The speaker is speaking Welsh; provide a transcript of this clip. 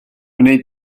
wnei